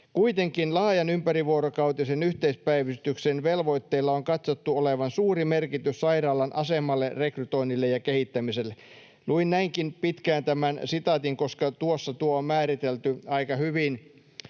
Kuitenkin laajan ympärivuorokautisen yhteispäivystyksen velvoitteilla on katsottu olevan suuri merkitys sairaalan asemalle, rekrytoinnille ja kehittämiselle.” Luin näinkin pitkän sitaatin, koska tuossa tämä asia on määritelty aika hyvin.